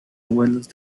abuelas